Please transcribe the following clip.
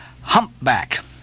Humpback